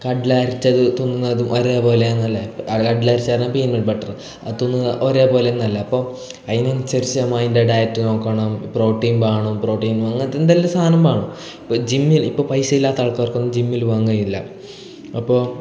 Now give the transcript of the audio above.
കട്ല അരച്ചത് തിന്നുന്നതും ഒരേപോലെയാന്നല്ലെ കട്ല അരച്ചത്ണ് പീനട്ട് ബട്ടറ് അത് തിന്നു ഒരേപോലെയാന്നല്ലെ അപ്പോൾ അതിന് അനുസരിച്ച് മാ അതിൻ്റെ ഡയറ്റ് നോക്കണം പ്രോട്ടീൻ ബാണോ പ്രോട്ടീൻ അങ്ങനത്തെ എന്തെല്ലാം സാധനം വേണം ഇപ്പം ജിമ്മിൽ ഇപ്പം പൈസ ഇല്ലാത്ത ആൾക്കാർക്കൊന്നും ജിമ്മിൽ പോകാൻ കയിയൂല്ല അപ്പോൾ